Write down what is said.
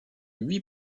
huit